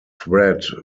thread